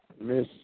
Miss